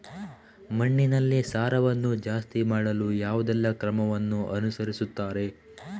ಮಣ್ಣಿನಲ್ಲಿ ಸಾರವನ್ನು ಜಾಸ್ತಿ ಮಾಡಲು ಯಾವುದೆಲ್ಲ ಕ್ರಮವನ್ನು ಅನುಸರಿಸುತ್ತಾರೆ